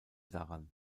daran